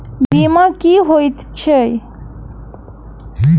बीमा की होइत छी?